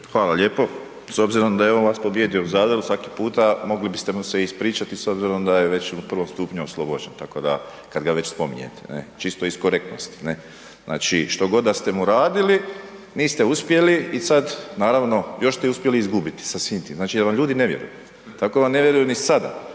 Hvala lijepo. S obzirom da je on vas pobijedio u Zadru svaki puta mogli biste mu se ispričati s obzirom da je već u prvom stupnju oslobođen, tako da kad ga već spominjete ne, čisto iz korektnosti ne, znači štogod ste mu radili niste uspjeli i sad naravno još ste uspjeli i izgubiti sa svim tim, znači da vam ljudi ne vjeruju, tako da vam ne vjeruju ni sada